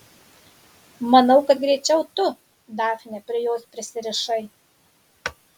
manau kad greičiau tu dafne prie jos prisirišai